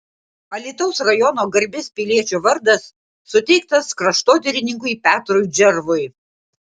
alytaus rajono garbės piliečio vardas suteiktas kraštotyrininkui petrui džervui